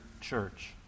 church